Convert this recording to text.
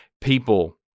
people